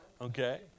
Okay